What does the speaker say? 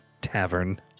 tavern